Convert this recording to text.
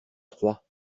trois